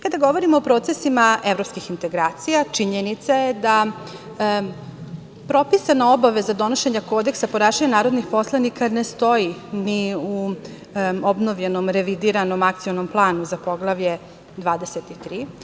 Kada govorimo o procesima evropskih integracija, činjenica je da propisana obaveza donošenja Kodeksa ponašanja narodnih poslanika ne stoji ni u obnovljenom, revidiranom Akcionom planu za Poglavlje 23.